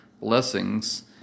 blessings